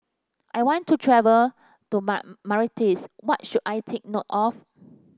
I want to travel to Mar Mauritius what should I take note of